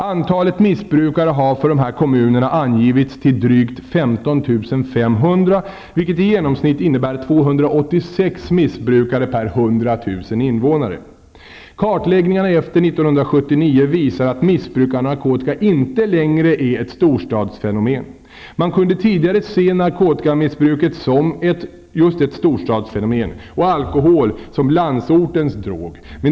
Antalet missbrukare har för dessa kommuner angivits till drygt 15 500, vilket i genomsnitt innebär 286 Kartläggningen efter 1979 visar att missbruk av narkotika inte längre är ett storstadsfenomen. Man kunde tidigare se narkotikamissbruket som just ett storstadsfenomen och alkohol som landsortens drog.